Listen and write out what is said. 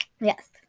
Yes